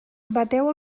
bateu